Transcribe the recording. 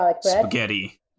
spaghetti